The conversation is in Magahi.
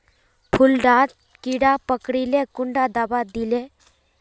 फुल डात कीड़ा पकरिले कुंडा दाबा दीले?